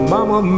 Mama